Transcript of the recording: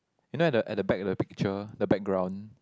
you know at the at the back of the picture the background